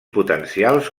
potencials